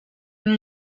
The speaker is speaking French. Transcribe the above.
une